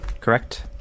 Correct